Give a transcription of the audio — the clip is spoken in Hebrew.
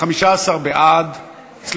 15 בעד,